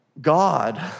God